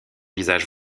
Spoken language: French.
visage